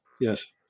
yes